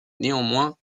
néanmoins